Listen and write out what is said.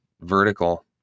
Vertical